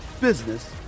business